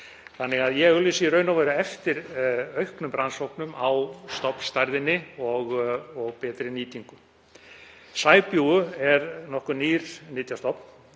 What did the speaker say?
Ég auglýsi því í raun og veru eftir auknum rannsóknum á stofnstærðinni og betri nýtingu. Sæbjúgu er nokkuð nýr nytjastofn.